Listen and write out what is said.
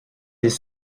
les